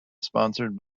sponsored